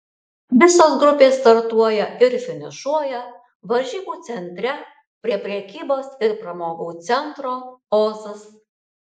visos grupės startuoja ir finišuoja varžybų centre prie prekybos ir pramogų centro ozas